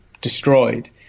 destroyed